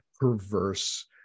perverse